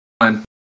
one